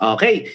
Okay